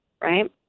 right